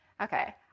okay